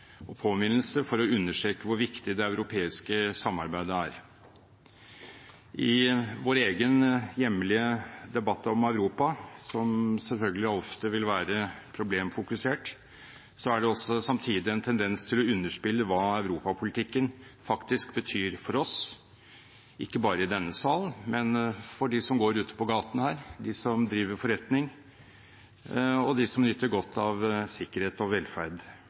og påminnelse for å understreke hvor viktig det europeiske samarbeidet er. I vår egen hjemlige debatt om Europa, som selvfølgelig ofte vil være problemfokusert, er det også samtidig en tendens til å underspille hva europapolitikken faktisk betyr for oss, ikke bare i denne salen, men for dem som går ute på gaten her, de som driver forretning, og de som nyter godt av sikkerhet og velferd